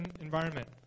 environment